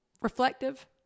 reflective